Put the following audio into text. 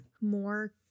More